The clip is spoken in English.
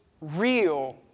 real